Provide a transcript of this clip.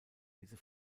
diese